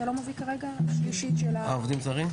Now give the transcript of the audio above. אתה לא מביא כרגע --- עובדים זרים?